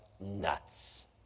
nuts